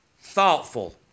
thoughtful